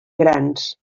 grans